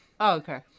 Okay